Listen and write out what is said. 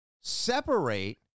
separate